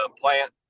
plant